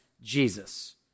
Jesus